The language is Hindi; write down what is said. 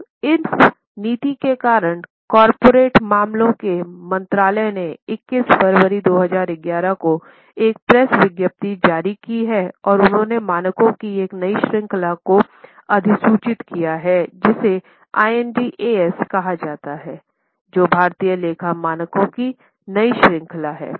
अब इस नीति के कारणकॉरपोरेट मामलों के मंत्रालय ने 21 फरवरी 2011 को एक प्रेस विज्ञप्ति जारी की है और उन्होंने मानकों की एक नई श्रृंखला को अधिसूचित किया है जिसे IND AS कहा जाता है जो भारतीय लेखा मानकों की नई श्रृंखला है